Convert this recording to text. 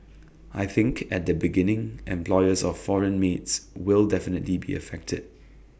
I think at the beginning employers of foreign maids will definitely be affected